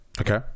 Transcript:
Okay